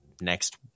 next